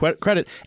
credit